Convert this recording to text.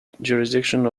jurisdiction